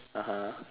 (uh huh)